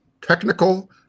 technical